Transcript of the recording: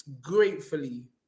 gratefully